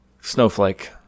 Snowflake